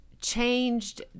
changed